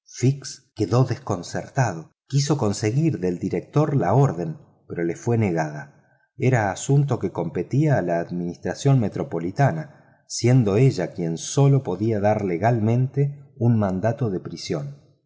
fix quedó desconcertado quiso conseguir del director la orden pero le fue negada era asunto que competía a la administración metropolitana siendo ella quien sólo podía dar legalmente un mandato de prisión